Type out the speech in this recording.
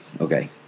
Okay